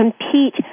compete